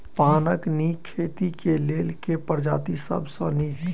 पानक नीक खेती केँ लेल केँ प्रजाति सब सऽ नीक?